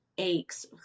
aches